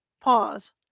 Pause